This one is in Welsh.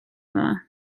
yma